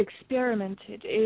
experimented